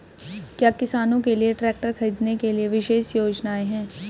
क्या किसानों के लिए ट्रैक्टर खरीदने के लिए विशेष योजनाएं हैं?